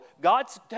God's